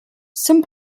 some